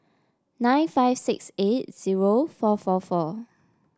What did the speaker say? nine five six eight zero four four four